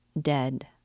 dead